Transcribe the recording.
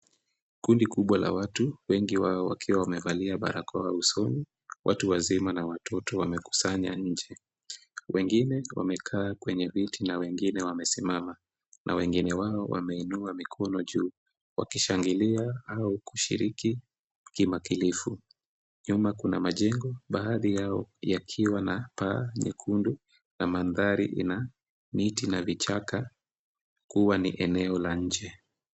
Kundi kubwa la watu wengi wao wakiwa wamevalia barakoa usoni. Watu wazima na watoto wamekusanya nje. Wengine wamekaa kwenye viti na wengine wamesimama na wengine wao wameinua mikono juu wakishangilia au kushiriki kikamilifu. Nyuma kuna majengo baadhi yao yakiwa na paa nyekundu na mandhari ina miti na vichaka kuwa ni eneo la nje.